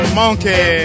monkey